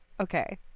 Okay